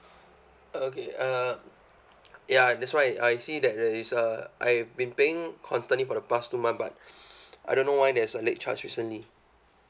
okay uh ya that's why I see that there is uh I've been paying constantly for the past two month but I don't know why there's a late charge recently